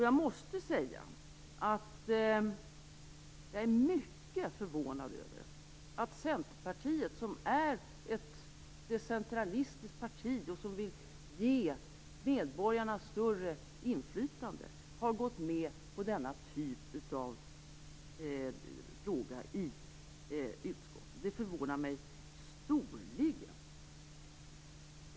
Jag måste säga att jag är mycket förvånad över att Centerpartiet, som är ett decentralistiskt parti och som vill ge medborgarna större inflytande, har gått med på detta i utskottet. Det förvånar mig storligen.